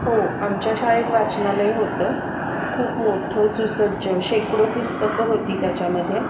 हो आमच्या शाळेत वाचनालय होतं खूप मोठं सुसज्ज शेकडो पुस्तकं होती त्याच्यामध्ये